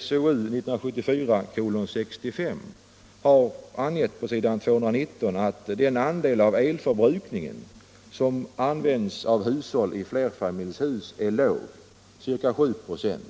SoU 1974:65 har också angett på s. 219: ”Den andel av elförbrukningen som används av hushåll i flerfamiljshus är låg, ca 7 96.